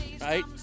right